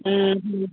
ଉଁ ହୁଁ